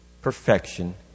perfection